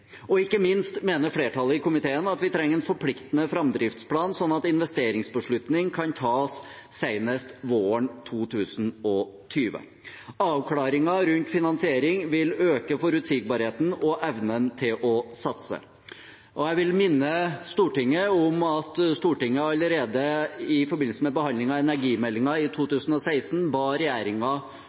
Og ikke minst mener flertallet i komiteen at vi trenger en forpliktende framdriftsplan, sånn at investeringsbeslutning kan tas senest våren 2020. Avklaringer rundt finansiering vil øke forutsigbarheten og evnen til å satse. Jeg vil minne Stortinget om at Stortinget allerede i forbindelse med behandlingen av energimeldingen i 2016 ba